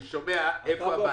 אני שומע איפה הבעיות.